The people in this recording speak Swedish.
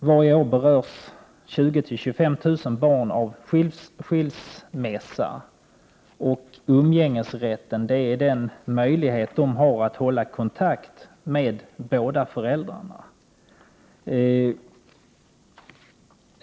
Varje år berörs 20 000 å 25 000 barn av skilsmässa, och umgängesrätten är den möjlighet de har att hålla kontakt med båda föräldrarna.